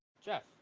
Jeff